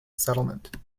settlement